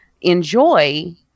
enjoy